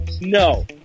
No